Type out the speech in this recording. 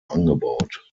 angebaut